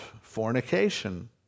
fornication